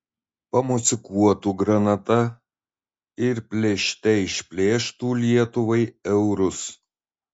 pamosikuotų granata ir plėšte išplėštų lietuvai eurus